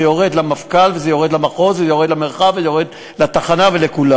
זה יורד למפכ"ל וזה יורד למחוז וזה יורד למרחב וזה יורד לתחנה ולכולם.